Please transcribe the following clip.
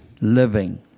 living